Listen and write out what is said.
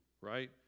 right